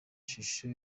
shusho